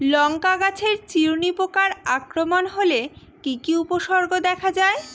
লঙ্কা গাছের চিরুনি পোকার আক্রমণ হলে কি কি উপসর্গ দেখা যায়?